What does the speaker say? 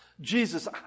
Jesus